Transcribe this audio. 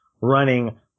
running